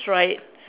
try it